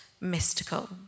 mystical